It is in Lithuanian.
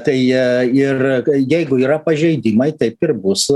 tai ir jeigu yra pažeidimai taip ir bus